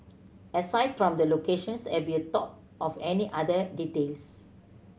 aside from the location have you thought of any other details